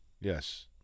Yes